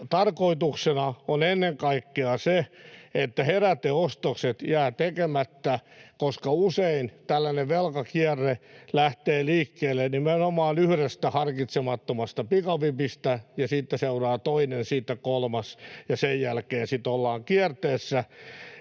tarkoituksena on ennen kaikkea se, että heräteostokset jäävät tekemättä, koska usein tällainen velkakierre lähtee liikkeelle nimenomaan yhdestä harkitsemattomasta pikavipistä ja siitä seuraa toinen, siitä kolmas ja sen jälkeen sitten ollaan kierteessä.